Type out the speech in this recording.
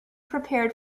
prepared